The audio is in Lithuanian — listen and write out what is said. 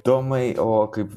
tomai o kaip